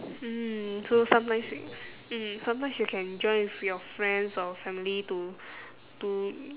mm so sometimes mm sometimes you can join with your friends or family to to